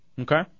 Okay